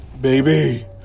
Baby